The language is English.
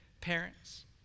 parents